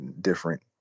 different